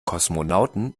kosmonauten